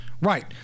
right